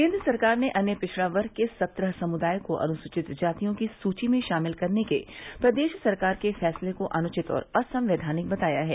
केन्द्र सरकार ने अन्य पिछड़ा वर्ग के सत्रह समुदाय को अनुसूचित जातियों की सूची में शामिल करने के प्रदेश सरकार के फैसले को अनुचित और असंवैधानिक बताया है